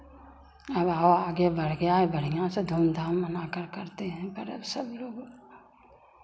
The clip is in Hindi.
अब और आगे बढ़ गया है बढ़ियाँ से धूमधाम मनाकर करते हैं पर्व सब लोग